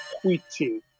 quitting